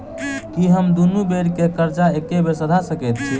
की हम दुनू बेर केँ कर्जा एके बेर सधा सकैत छी?